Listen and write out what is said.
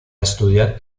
estudiar